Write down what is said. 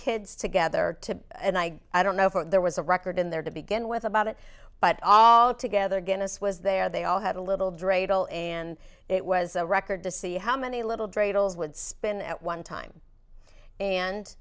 kids together to and i i don't know if there was a record in there to begin with about it but all together guinness was there they all had a little drake and it was a record to see how many little dreidels would spin at one time and